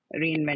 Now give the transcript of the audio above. reinvention